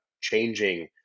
changing